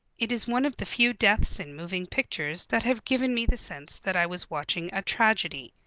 it is one of the few deaths in moving pictures that have given me the sense that i was watching a tragedy.